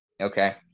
okay